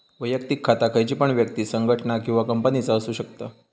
वैयक्तिक खाता खयची पण व्यक्ति, संगठना किंवा कंपनीचा असु शकता